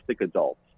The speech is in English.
adults